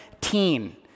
teen